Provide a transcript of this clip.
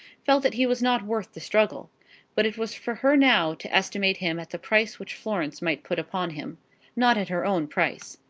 felt that he was not worth the struggle but it was for her now to estimate him at the price which florence might put upon him not at her own price.